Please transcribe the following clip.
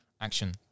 action